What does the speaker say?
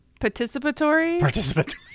Participatory